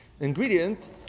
ingredient